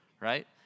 right